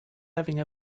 having